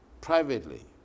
Privately